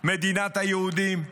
מדינת היהודים,